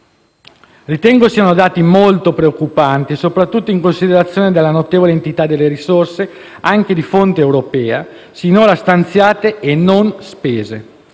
Ritengo siano dati molto preoccupanti, soprattutto in considerazione della notevole entità delle risorse, anche di fonte europea, sinora stanziate e non spese.